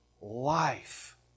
life